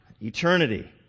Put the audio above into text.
eternity